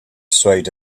swayed